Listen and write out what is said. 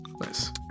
Nice